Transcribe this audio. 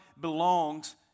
belongs